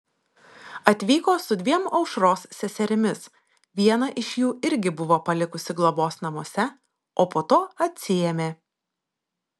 atvyko su dviem aušros seserimis vieną iš jų irgi buvo palikusi globos namuose o po to atsiėmė